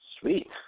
Sweet